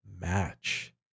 match